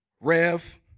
Rev